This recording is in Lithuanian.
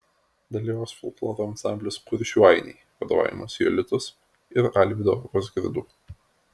dalyvaus folkloro ansamblis kuršių ainiai vadovaujamas jolitos ir alvydo vozgirdų